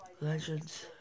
Legends